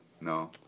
No